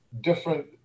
different